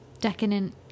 decadent